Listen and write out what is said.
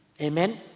Amen